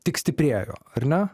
tik stiprėjo ar ne